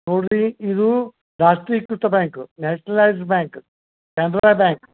ನೋಡಿರಿ ಇದು ರಾಷ್ಟ್ರೀಕೃತ bank nationalised bank Canara bank